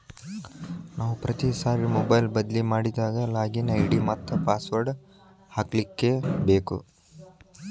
ನಾವು ಪ್ರತಿ ಸಾರಿ ಮೊಬೈಲ್ ಬದ್ಲಿ ಮಾಡಿದಾಗ ಲಾಗಿನ್ ಐ.ಡಿ ಮತ್ತ ಪಾಸ್ವರ್ಡ್ ಹಾಕ್ಲಿಕ್ಕೇಬೇಕು